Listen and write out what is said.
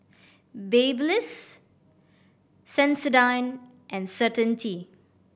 Babyliss Sensodyne and Certainty